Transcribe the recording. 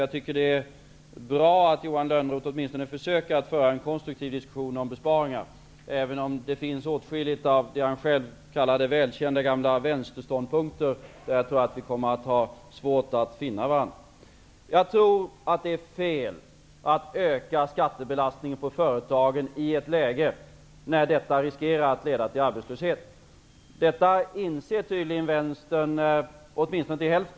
Jag tycker att det är bra att Johan Lönnroth åtminstone försöker att föra en konstruktiv diskussion om besparingar, även om det finns åtskilligt av det som han själv kallade välkända gamla vänsterståndpunkter där jag tror att vi kommer att ha svårt att finna varandra. Jag tror att det är fel att öka skattebelastningen på företagen i ett läge när detta riskerar att leda till arbetslöshet. Detta inser tydligen vänstern, åtminstone till hälften.